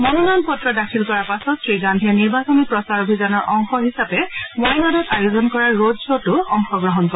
মনোনয়ন পত্ৰ দাখিল কৰাৰ পাছত শ্ৰীগাধীয়ে নিৰ্বাচনী প্ৰচাৰ অভিযানৰ অংশ হিচাপে ৱায়নাডত আয়োজন কৰা ৰোড খ'তো অংশগ্ৰহণ কৰে